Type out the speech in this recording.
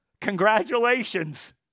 Congratulations